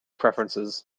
preferences